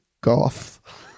Goth